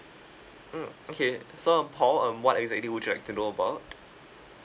mm okay so uh paul um what exactly would you like to know about